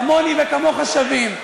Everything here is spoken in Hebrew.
כמוני וכמוך שווים.